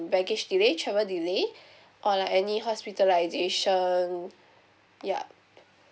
baggage delay travel delay or like any hospitalisation ya